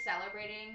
celebrating